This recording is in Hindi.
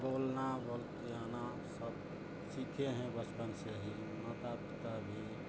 बोलना बोलतियाना सब सीखे हैं बचपन से ही माता पिता भी